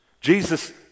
Jesus